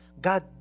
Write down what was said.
God